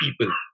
people